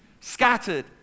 scattered